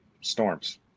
storms